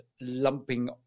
lumping